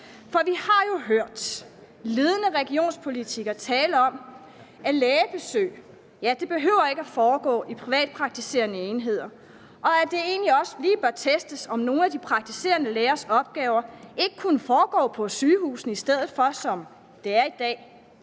For vi har jo hørt ledende regionspolitikere tale om, at lægebesøg ikke behøver at foregå i privatpraktiserende enheder, og at det egentlig også lige bør testes, om nogle af de praktiserende lægers opgaver ikke kunne varetages på sygehusene, i stedet for at det er, som